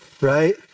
right